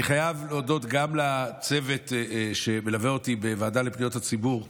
אני חייב להודות גם לצוות שמלווה אותי בוועדה לפניות הציבור,